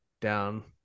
down